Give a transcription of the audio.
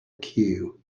queue